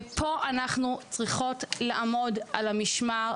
אנחנו מאוד צריכות לעמוד פה על המשמר,